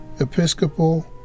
Episcopal